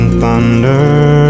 thunder